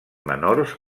menors